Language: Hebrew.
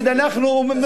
איך להגיד: אנחנו,